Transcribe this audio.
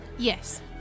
Yes